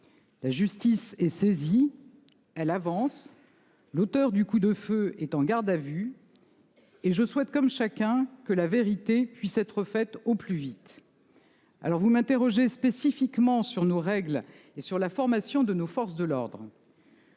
La justice est saisie, elle avance ; l'auteur du coup de feu est en garde à vue. Je souhaite comme chacun que la vérité puisse être faite au plus vite. Vous m'interrogez spécifiquement sur nos règles et sur la formation de nos forces de l'ordre.